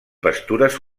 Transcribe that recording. pastures